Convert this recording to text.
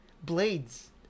Blades